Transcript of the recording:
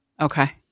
Okay